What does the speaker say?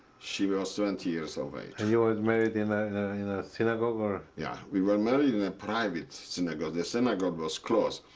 she was twenty years of age. you were married in a in a synagogue or yeah. we were married in a private synagogue. the synagogue was closed,